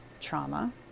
trauma